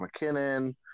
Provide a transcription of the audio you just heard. McKinnon